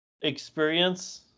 experience